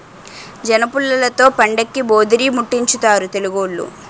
జనపుల్లలతో పండక్కి భోధీరిముట్టించుతారు తెలుగోళ్లు